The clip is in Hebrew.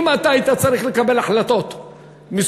אם אתה היית צריך לקבל החלטות מסוימות,